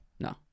No